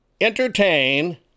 entertain